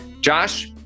Josh